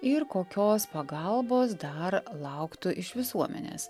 ir kokios pagalbos dar lauktų iš visuomenės